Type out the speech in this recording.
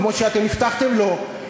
כמו שאתם הבטחתם לו,